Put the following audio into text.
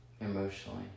emotionally